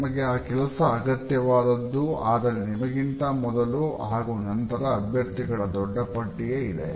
ನಿಮಗೆ ಆ ಕೆಲಸ ಅತ್ಯಗತ್ಯವಾದದ್ದು ಆದರೆ ನಿಮಗಿಂತ ಮೊದಲು ಹಾಗೂ ನಂತರ ಅಭ್ಯರ್ಥಿಗಳ ದೊಡ್ಡ ಪಟ್ಟಿಯೇ ಇದೆ